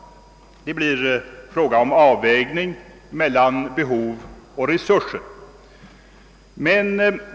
Det blir fråga om avvägning mellan behov och resurser.